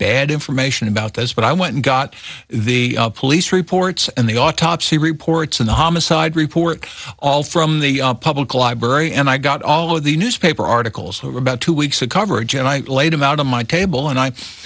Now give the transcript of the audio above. bad information about this but i went and got the police reports and the autopsy reports and the homicide report all from the public library and i got all of the newspaper articles over about two weeks of coverage and i laid him out on my table and i